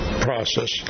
process